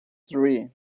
three